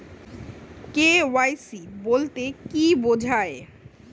KYC বলতে কি বোঝায়?